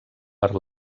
per